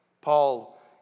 Paul